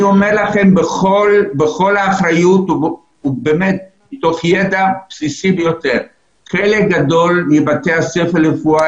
אני אומר לכם בכל האחריות ומידע בסיסי ביותר שלק גדול מבתי הספר לרפואה